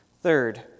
Third